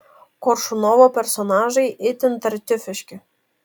koršunovo personažai itin tartiufiški